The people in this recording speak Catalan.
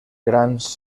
grans